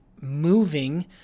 moving